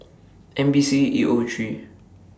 N B C E O three